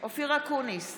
אופיר אקוניס,